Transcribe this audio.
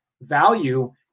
value